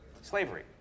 Slavery